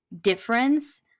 difference